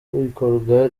ikorwa